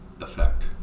effect